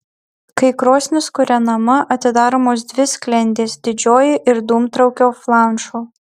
kai krosnis kūrenama atidaromos dvi sklendės didžioji ir dūmtraukio flanšo